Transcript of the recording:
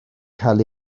cael